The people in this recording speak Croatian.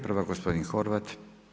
Prva gospodin Horvat.